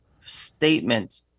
statement